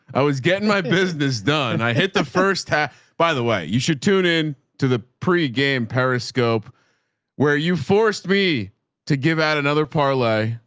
i was getting my business done. i hit the first half. by the way, you should tune in to the pregame periscope where you forced me to give out another parlay.